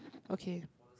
ok